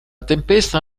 tempesta